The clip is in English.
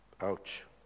Ouch